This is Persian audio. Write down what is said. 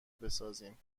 بسازیم